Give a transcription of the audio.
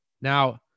now